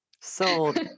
sold